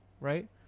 Right